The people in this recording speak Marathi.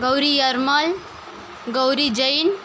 गौरी अरमल गौरी जैन